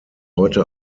heute